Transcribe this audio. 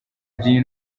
by’iyi